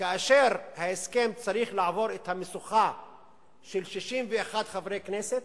כאשר ההסכם צריך לעבור את המשוכה של 61 חברי כנסת,